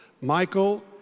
Michael